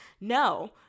no